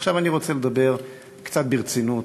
עכשיו אני רוצה לדבר קצת ברצינות,